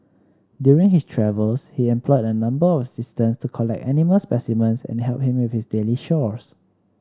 during his travels he employed a number of assistants to collect animal specimens and help him with his daily chores